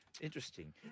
Interesting